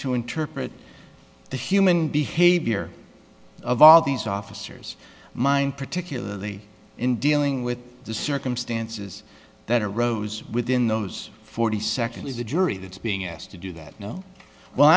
to interpret the human behavior of all these officers mind particularly in dealing with the circumstances that arose within those forty second is the jury that's being asked to do that